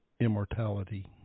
immortality